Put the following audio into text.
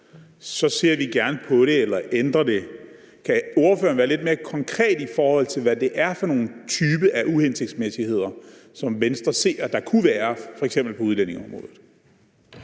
ser vi gerne på det eller ændrer det. Kan ordføreren være lidt mere konkret, i forhold til hvad det er for en type af uhensigtsmæssigheder, som Venstre ser der kunne være på f.eks. udlændingeområdet?